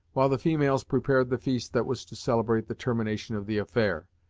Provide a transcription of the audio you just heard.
while the females prepared the feast that was to celebrate the termination of the affair,